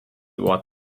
what